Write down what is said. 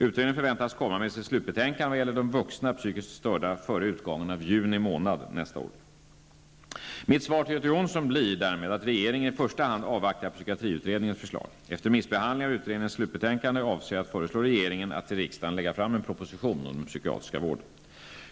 Utredningen förväntas komma med sitt slutbetänkande vad gäller de vuxna psykiskt störda före utgången av juni månad 1992. Mitt svar till Göte Jonsson blir därmed att regeringen i första hand avvaktar psykiatriutredningens förslag. Efter remissbehandling av utredningens slutbetänkande avser jag att föreslå regeringen att till riksdagen lägga fram en proposition om den psykiatriska vården.